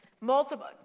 Multiple